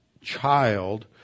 child